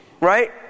right